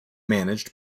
managed